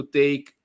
take